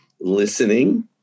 listening